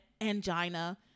angina